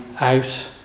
out